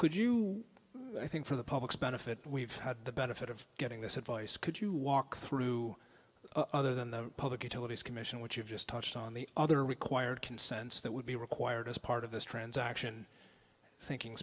could you i think for the public's benefit we've had the benefit of getting this advice could you walk through other than the public utilities commission which you just touched on the other required consensus that would be required as part of this transaction thinking